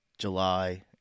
July